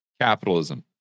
capitalism